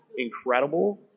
incredible